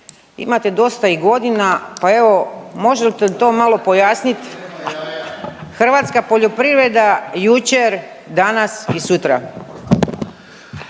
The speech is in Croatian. imate dosta i godina, pa evo možete to malo pojasnit, hrvatska poljoprivreda jučer, danas i sutra.